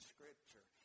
Scripture